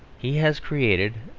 he has created,